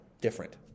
different